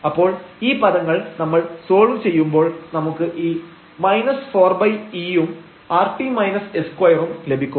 അപ്പോൾ ഈ പദങ്ങൾ നമ്മൾ സോൾവ് ചെയ്യുമ്പോൾ നമുക്ക് ഈ 4e ഉം rt s2 ഉം ലഭിക്കും